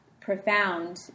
profound